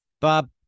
Bob